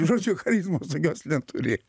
žodžiu charizmos tokios neturi